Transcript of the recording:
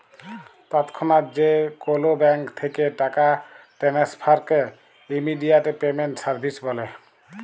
তৎক্ষনাৎ যে কোলো ব্যাংক থ্যাকে টাকা টেনেসফারকে ইমেডিয়াতে পেমেন্ট সার্ভিস ব্যলে